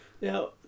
Now